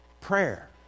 Prayer